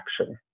action